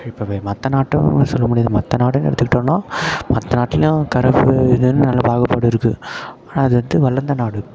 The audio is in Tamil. எப்பவுமே மற்ற நாட்டை சொல்ல முடியாது மற்ற நாடுனு எடுத்துக்கிட்டோனால் மற்ற நாட்லேயும் கருப்பு இதுன்னு நல்லா பாகுபாடு இருக்குது ஆனால் அது வந்து வளர்ந்த நாடு